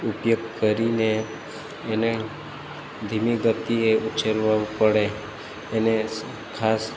ઉપયોગ કરીને એને ધીમી ગતીએ ઉછેરવો પડે એને ખાસ